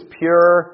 pure